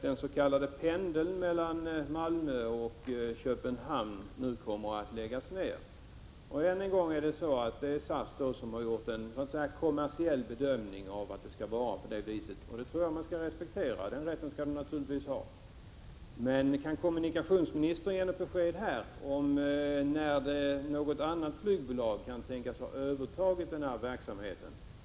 Den s.k. pendeln mellan Malmö och Köpenhamn kommer ju nu att läggas ner. Än en gång har SAS gjort en kommersiell bedömning och funnit att det skall vara på det viset. Den rätten tycker jag naturligtvis att SAS skall ha, men kan kommunikationsministern ge något besked om när något annat flygbolag kan tänkas ha övertagit denna verksamhet?